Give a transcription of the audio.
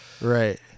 Right